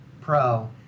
Pro